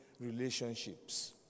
relationships